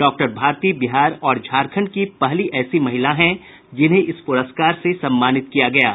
doctor Bharti Bihar और झारखंड की पहली ऐसी महिला है जिन्हें इस पुरस्कार से सम्मानित किया गया है